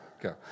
go